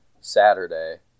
Saturday